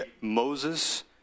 Moses